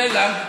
עליון,